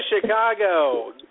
Chicago